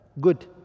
good